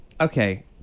Okay